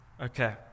Okay